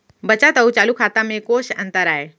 बचत अऊ चालू खाता में कोस अंतर आय?